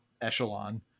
echelon